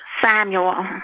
Samuel